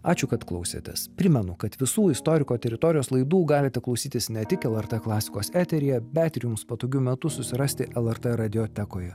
ačiū kad klausėtės primenu kad visų istoriko teritorijos laidų galite klausytis ne tik lrt klasikos eteryje bet ir jums patogiu metu susirasti lrt radiotekoje